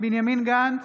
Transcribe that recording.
בנימין גנץ,